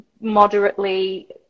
moderately